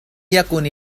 يكن